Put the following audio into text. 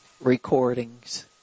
recordings